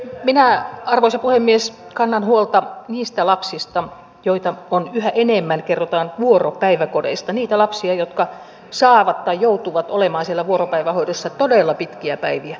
minä arvoisa puhemies kannan huolta niistä lapsista joita on yhä enemmän kerrotaan vuoropäiväkodeista niistä lapsista jotka saavat olla tai joutuvat olemaan siellä vuoropäivähoidossa todella pitkiä päiviä